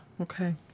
Okay